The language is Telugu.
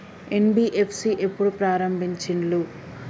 ఎన్.బి.ఎఫ్.సి ఎప్పుడు ప్రారంభించిల్లు?